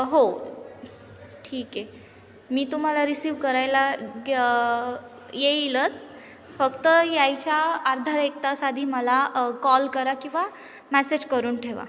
हो ठीक आहे मी तुम्हाला रिसीव्ह करायला गे येईलच फक्त यायच्या अर्धा एक तास आधी मला कॉल करा किंवा मॅसेज करून ठेवा